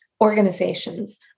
organizations